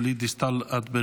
חברת הכנסת גלית דיסטל אטבריאן,